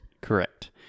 correct